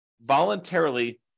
voluntarily